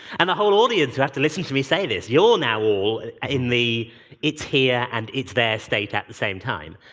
and the whole audience would have to listen to me say this. you're all now in the it's here and it's there states at the same time.